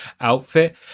outfit